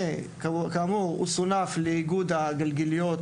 הוא סונף לאיגוד הגלגיליות,